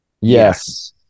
Yes